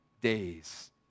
days